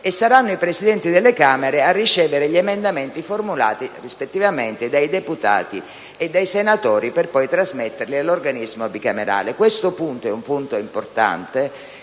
dunque i Presidenti delle Camere a ricevere gli emendamenti formulati rispettivamente dai deputati e dai senatori, per poi trasmetterli all'organismo bicamerale. Questo è un punto importante,